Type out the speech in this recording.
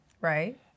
right